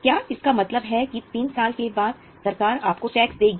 क्या इसका मतलब है कि तीन साल के बाद सरकार आपको टैक्स देगी